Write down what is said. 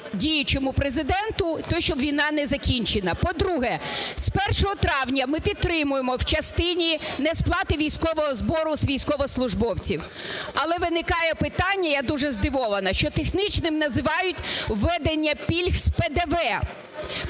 діючому Президенту – те, що війна не закінчена. По-друге, з 1 травня ми підтримуємо в частині несплати військового збору з військовослужбовців. Але виникає питання, я дуже здивована, що технічним називають введення пільг з ПДВ.